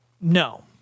no